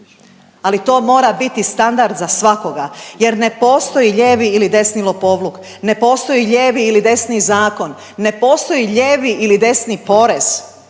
ali to mora biti standard za svakoga jer ne postoji lijevi ili desni lopovluk, ne postoji lijevi ili desni zakon, ne postoji lijevi ili desni porez.